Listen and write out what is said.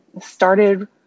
started